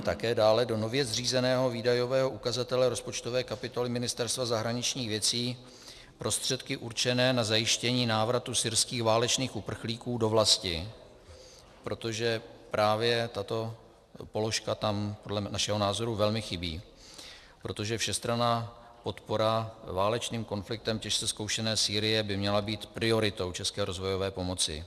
Také dále do nově zřízeného výdajového ukazatele rozpočtové kapitoly Ministerstva zahraničních věcí prostředky určené na zajištění návratu syrských válečných uprchlíků do vlasti, protože právě tato položka tam podle našeho názoru velmi chybí, protože všestranná podpora válečným konfliktem těžce zkoušené Sýrie by měla být prioritou české rozvojové pomoci.